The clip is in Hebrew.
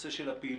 הנושא של הפעילות